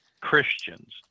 Christians